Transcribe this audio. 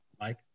Mike